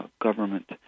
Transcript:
government